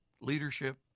Leadership